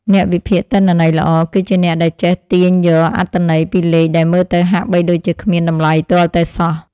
អ្នកវិភាគទិន្នន័យល្អ គឺជាអ្នកដែលចេះទាញយកអត្ថន័យពីលេខដែលមើលទៅហាក់បីដូចជាគ្មានតម្លៃទាល់តែសោះ។